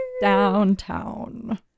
downtown